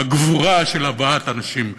בגבורה של הבאת אנשים,